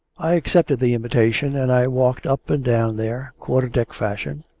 i accepted the invitation and i walked up and down there, quarter-deck fashion,